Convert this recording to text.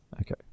Okay